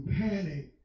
panic